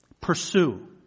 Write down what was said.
Pursue